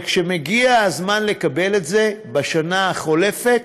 וכשמגיע הזמן לקבל את זה, בשנה החולפת,